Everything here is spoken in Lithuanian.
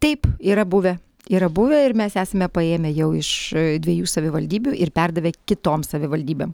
taip yra buvę yra buvę ir mes esame paėmę jau iš dviejų savivaldybių ir perdavę kitom savivaldybėm